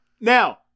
now